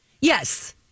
yes